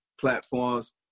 platforms